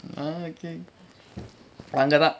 அங்கதா:anggathaa